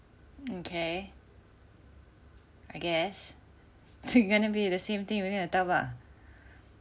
okay I guess so it's gonna be the same thing maybe entah bah